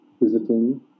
visiting